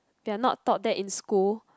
they are not taught that in school